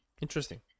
Interesting